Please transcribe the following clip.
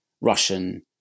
Russian